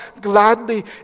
gladly